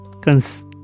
cons